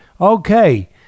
Okay